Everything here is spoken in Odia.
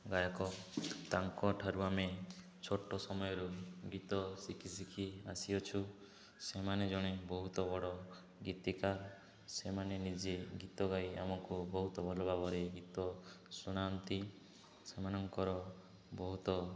ଗାୟକ ତାଙ୍କ ଠାରୁ ଆମେ ଛୋଟ ସମୟରୁ ଗୀତ ଶିଖି ଶିଖି ଆସି ଅଛୁ ସେମାନେ ଜଣେ ବହୁତ ବଡ଼ ଗୀତିକାର ସେମାନେ ନିଜେ ଗୀତ ଗାଇ ଆମକୁ ବହୁତ ଭଲ ଭାବରେ ଗୀତ ଶୁଣାନ୍ତି ସେମାନଙ୍କର ବହୁତ